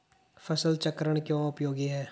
फसल चक्रण क्यों उपयोगी है?